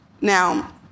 Now